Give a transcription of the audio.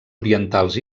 orientals